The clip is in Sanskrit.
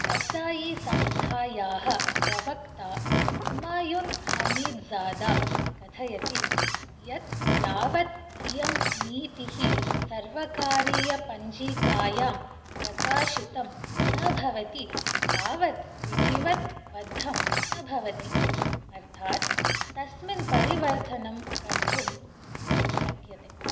कर्ज़ायीसंस्थायाः प्रवक्ता हुमायुन् हमीद्ज़ादा कथयति यत् यावत् इयं नीतिः सर्वकारीयपञ्जिकायां प्रकाशितं न भवति तावत् विधिवत् बद्धं न भवति अर्थात् तस्मिन् परिवर्तनं कर्तुं शक्यते